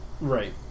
Right